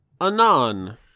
Anon